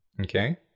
Okay